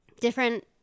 different